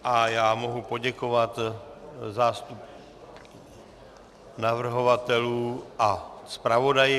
A já mohu poděkovat zástupci navrhovatelů a zpravodaji.